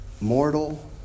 mortal